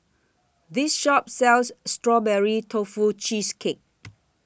This Shop sells Strawberry Tofu Cheesecake